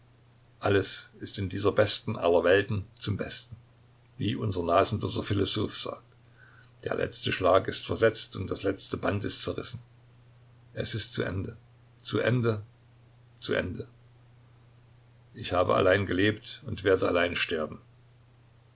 alles ist in dieser besten aller welten zum besten wie unser nasenloser philosoph sagt der letzte schlag ist versetzt das letzte band ist zerrissen es ist zu ende zu ende zu ende ich habe allein gelebt und werde allein sterben